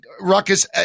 Ruckus